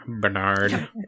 Bernard